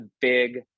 big